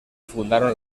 fundaron